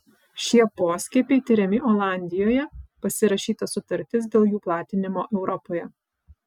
šie poskiepiai tiriami olandijoje pasirašyta sutartis dėl jų platinimo europoje